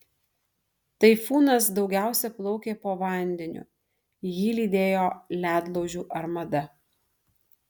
taifūnas daugiausia plaukė po vandeniu jį lydėjo ledlaužių armada